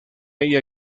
ella